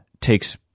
takes